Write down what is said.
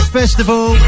festival